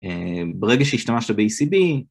ברגע שהשתמשת ב-ECB